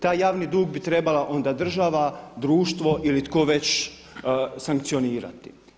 Taj javni dug bi trebala onda država, društvo ili tko već sankcionirati.